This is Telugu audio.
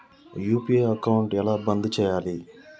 యూ.పీ.ఐ అకౌంట్ ఎలా బంద్ చేయాలి?